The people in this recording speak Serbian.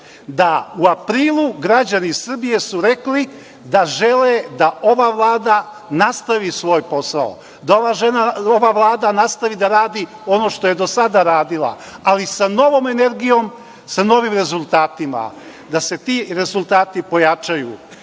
da u aprilu građani Srbije su rekli da žele da ova Vlada nastavi svoj posao, da ova vlada nastavi da radi ono što je do sada radila, ali sa novom energijom, sa novim rezultatima, da se ti rezultati pojačaju.